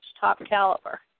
top-caliber